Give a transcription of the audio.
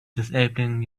disabling